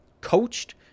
coached